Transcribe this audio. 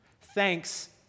thanks